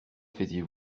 faisiez